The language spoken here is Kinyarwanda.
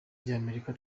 ry’amerika